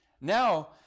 Now